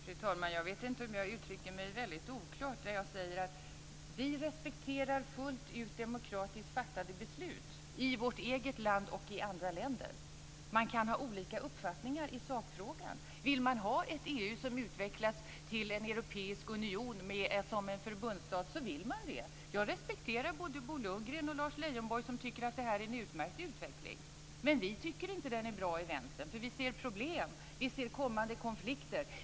Fru talman! Jag vet inte om jag uttrycker mig väldigt oklart när jag säger att vi fullt ut respekterar demokratiskt fattade beslut i vårt eget land och i andra länder. Man kan ha olika uppfattningar i sakfrågan. Vill man ha ett EU som utvecklas till en europeisk union i form av en förbundsstat så vill man det. Jag respekterar både Bo Lundgren och Lars Leijonborg, som tycker att det här är en utmärkt utveckling. Men vi i Vänstern tycker inte att den är bra, för vi ser problem. Vi ser kommande konflikter.